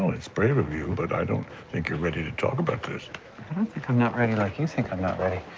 it's brave of you but i don't think you're ready to talk about this. i don't think i'm not ready like you think i'm not ready.